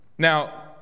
Now